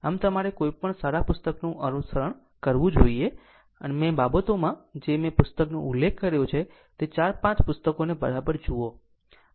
આમ તમારે કોઈ પણ સારા પુસ્તકનું અનુસરણ કરવું જોઈએ આ બાબતોમાં મેં જે પુસ્તકોનો ઉલ્લેખ કર્યો છે તે 4 5 પુસ્તકો ને બરાબર જુઓ